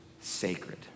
sacred